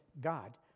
God